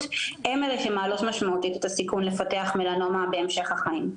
הן אלו שמעלות משמעותית את הסיכוי לפתח מלנומה בהמשך החיים.